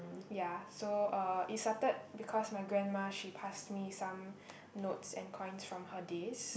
ya so uh it started because my grandma she passed me some notes and coins from her days